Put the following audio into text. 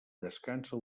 descansa